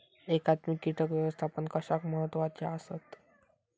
एकात्मिक कीटक व्यवस्थापन कशाक महत्वाचे आसत?